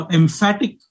emphatic